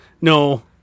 No